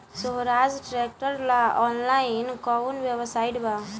सोहराज tractor ला online कोउन website बा?